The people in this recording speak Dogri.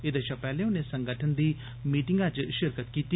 एह्दे शा पैह्ले उनें संगठन दी मीटिंगा च शिरकत कीती